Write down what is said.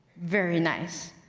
very nice.